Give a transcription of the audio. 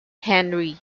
henry